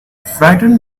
frightened